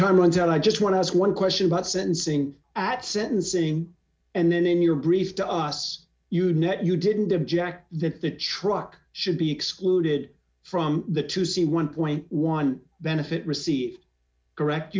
time runs out i just want to ask one question about sentencing at sentencing and then in your brief to us usenet you didn't object that the truck should be excluded from the to see one point one benefit received correct